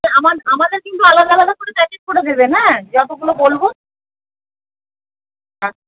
আমার আমাদের কিন্তু আলাদা আলাদা করে প্যাকেট করে দেবেন হ্যাঁ যতগুলো বলব আচ্ছা